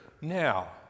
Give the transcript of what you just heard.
Now